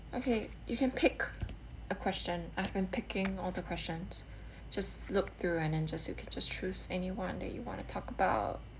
okay you can pick a question I've been picking all the questions just look through and and just you can just choose any one that you want to talk about